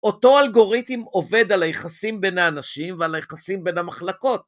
אותו אלגוריתם עובד על היחסים בין האנשים ועל היחסים בין המחלקות.